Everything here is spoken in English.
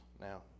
now